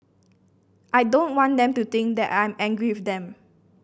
I don't want them to think that I am angry with them